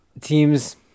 teams